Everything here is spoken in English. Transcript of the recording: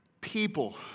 People